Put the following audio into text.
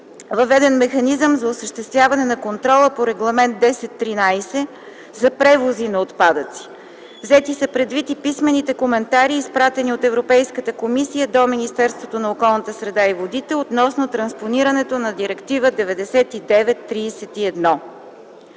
въведен механизъм за осъществяване на контрола по Регламент 1013/2006/ЕС за превози на отпадъци. Взети са предвид и писмените коментари, изпратени от Европейската комисия до Министерството на околната среда и водите относно транспонирането на Директива 99/31/ЕО.